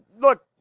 look